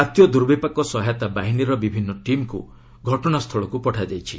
କାତୀୟ ଦୁର୍ବିପାକ ସହାୟତା ବାହିନୀର ବିଭିନ୍ନ ଟିମ୍କୁ ଘଟଣାସ୍ଥଳକୁ ପଠାଯାଇଛି